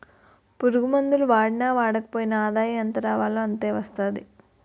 పురుగుమందులు వాడినా వాడకపోయినా ఆదాయం ఎంతరావాలో అంతే వస్తాది